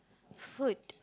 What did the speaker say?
food